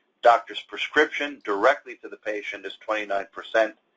doctor's prescription directly to the patient is twenty nine percent.